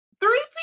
Three